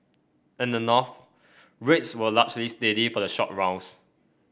in the North rates were largely steady for the short rounds